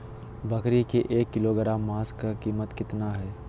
बकरी के एक किलोग्राम मांस का कीमत कितना है?